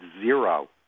zero